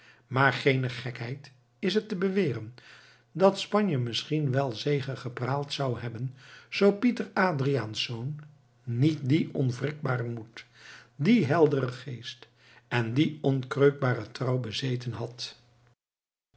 maar geene gekheid is het te beweren dat spanje misschien wel gezegepraald zou hebben zoo pieter adriaensz niet dien onwrikbaren moed dien helderen geest en die onkreukbare trouw bezeten had